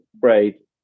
great